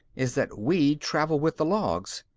is that we'd travel with the logs.